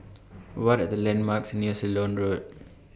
What Are The landmarks near Ceylon Road